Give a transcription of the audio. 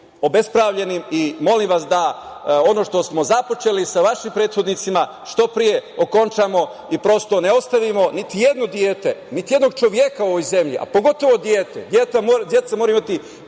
Molim vas da ono što smo započeli sa vašim prethodnicima što pre okončamo i ne ostavimo niti jedno dete, niti jednog čoveka u ovoj zemlji, a pogotovo dete, deca moraju imati